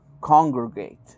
congregate